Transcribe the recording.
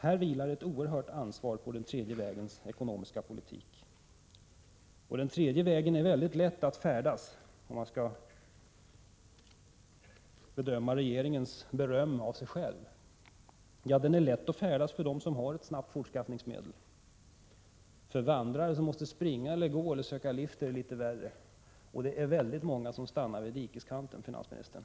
Här vilar ett oerhört stort ansvar på den tredje vägens ekonomiska politik. Den tredje vägen är mycket lätt att färdas på, enligt regeringens beröm av sig själv. Ja, den är lätt att färdas på för dem som har ett snabbt fortskaffningsmedel. För vandrare som måste springa, gå eller söka lift är det litet värre. Och det är många som stannar vid dikeskanten, finansministern.